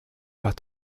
got